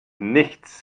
nichts